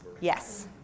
Yes